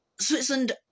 Switzerland